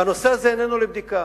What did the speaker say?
והנושא הזה איננו לבדיקה.